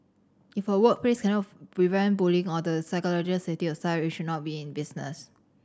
if a workplace cannot prevent bullying or the psychological safety of be in business